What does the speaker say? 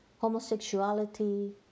homosexuality